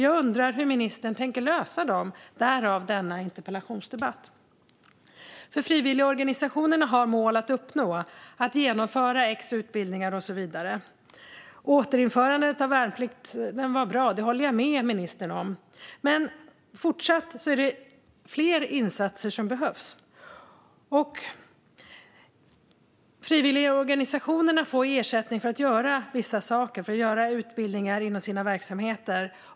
Jag undrar hur ministern tänker lösa dem. Därav har jag tagit initiativ till denna interpellationsdebatt. Frivilligorganisationerna har mål att uppnå: att genomföra ett visst antal utbildningar och så vidare. Återinförandet av värnplikten var bra. Det håller jag med ministern om. Men det är fortfarande fler insatser som behövs. Frivilligorganisationerna får ersättning för att göra vissa saker och för att genomföra utbildningar inom sina verksamheter.